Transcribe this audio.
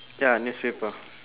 ya newspaper